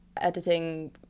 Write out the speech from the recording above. editing